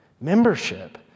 Membership